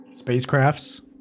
spacecrafts